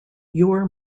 your